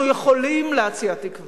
אנחנו יכולים להציע תקווה.